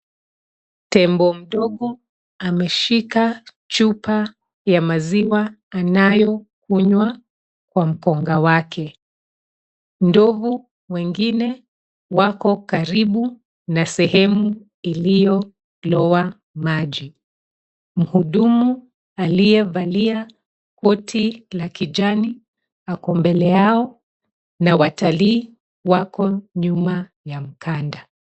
Tembo mdogo ameshika chupa ya maziwa anayokunywa kwa mkongwa wake. Ndovu wengine wako karibu na sehemu iliyolowa maji. Mhudumu aliyevalia koti la kijani ako mbele yao na watalii wako nyuma ya mkanda.